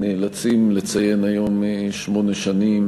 נאלצים לציין היום שמונה שנים